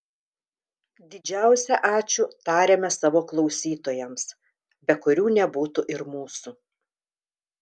didžiausią ačiū tariame savo klausytojams be kurių nebūtų ir mūsų